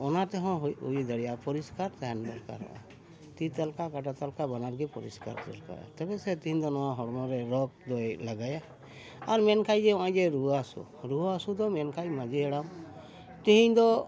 ᱚᱱᱟ ᱛᱮᱦᱚᱸ ᱦᱩᱭ ᱫᱟᱲᱮᱭᱟᱜᱼᱟ ᱯᱚᱨᱤᱥᱠᱟᱨ ᱛᱟᱦᱮᱱ ᱫᱚᱨᱠᱟᱨᱚᱜᱼᱟ ᱛᱤ ᱛᱟᱞᱠᱷᱟ ᱠᱟᱴᱟ ᱛᱟᱞᱠᱷᱟ ᱵᱟᱱᱟᱨᱜᱮ ᱯᱚᱨᱤᱥᱠᱟᱨ ᱫᱚᱨᱠᱟᱨᱚᱜᱼᱟ ᱛᱚᱵᱮ ᱥᱮ ᱛᱮᱦᱮᱧ ᱫᱚ ᱱᱚᱣᱟ ᱦᱚᱲᱢᱚ ᱨᱮ ᱨᱳᱜᱽ ᱫᱚᱭ ᱞᱟᱜᱟᱭᱟ ᱟᱨ ᱢᱮᱱᱠᱷᱟᱱ ᱜᱮ ᱱᱚᱜᱼᱚᱭ ᱡᱮ ᱨᱩᱣᱟᱹ ᱦᱟᱹᱥᱩ ᱨᱩᱣᱟᱹ ᱦᱟᱹᱥᱩ ᱫᱚ ᱢᱮᱱᱠᱷᱟᱱ ᱢᱟᱹᱡᱷᱤ ᱦᱟᱲᱟᱢ ᱛᱮᱦᱮᱧ ᱫᱚ